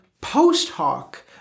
post-hoc